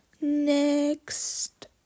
next